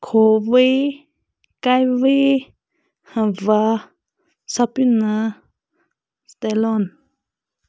ꯈꯣꯋꯩ ꯀꯥꯏꯋꯤ ꯍꯝꯕꯥ ꯁꯥꯄ꯭ꯔꯤꯅꯥ ꯏꯁꯇꯦꯂꯣꯟ